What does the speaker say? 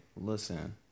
listen